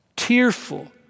tearful